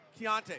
Keontae